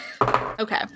Okay